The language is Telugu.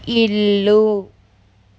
ఇల్లు